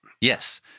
Yes